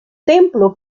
templo